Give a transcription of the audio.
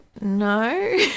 No